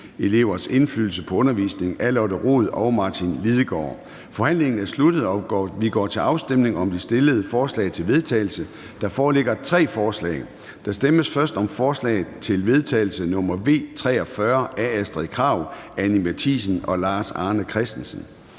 Kl. 10:01 Afstemning Formanden (Søren Gade): Forhandlingen er sluttet, og vi går til afstemning om de fremsatte forslag til vedtagelse. Der foreligger tre forslag. Der stemmes først om forslag til vedtagelse nr. V 43 af Astrid Krag (S), Anni Matthiesen (V) og Lars Arne Christensen